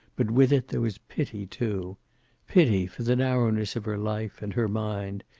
but with it there was pity, too pity for the narrowness of her life and her mind,